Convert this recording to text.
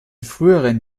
früheren